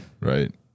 Right